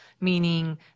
meaning